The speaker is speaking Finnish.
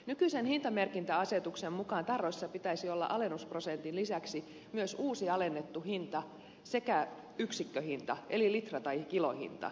nykyisen hintamerkintäasetuksen mukaan tarroissa pitäisi olla alennusprosentin lisäksi myös uusi alennettu hinta sekä yksikköhinta eli litra tai kilohinta